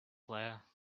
player